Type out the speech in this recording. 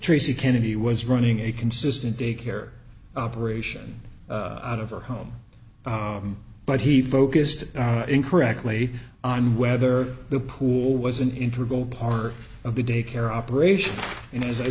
racy kennedy was running a consistent daycare operation out of her home but he focused incorrectly on whether the pool was an interval part of the daycare operation and as i